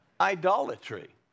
idolatry